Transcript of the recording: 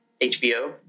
HBO